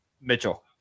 Mitchell